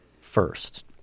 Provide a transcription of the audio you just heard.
first